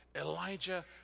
Elijah